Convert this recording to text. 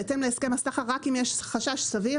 כי בהתאם להסכם הסחר רק אם יש חשש סביר